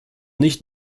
nicht